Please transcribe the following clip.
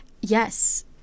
Yes